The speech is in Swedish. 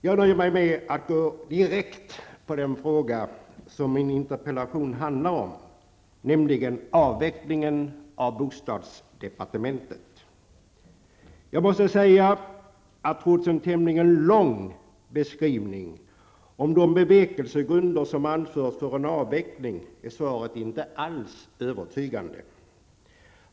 Jag nöjer mig med att gå direkt på den fråga som min interpellation handlar om, nämligen avvecklingen av bostadsdepartementet. Jag måste säga att trots en tämligen lång beskrivning av de bevekelsegrunder som anförs för en avveckling är svaret inte alls övertygande.